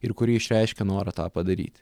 ir kuri išreiškia norą tą padaryt